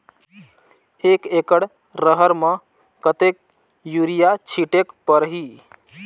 एक एकड रहर म कतेक युरिया छीटेक परही?